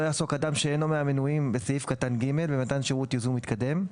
לא יעסוק אדם שאינו מהמנויים בסעיף קטן (ג) במתן שירות ייזום מתקדם,